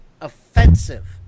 offensive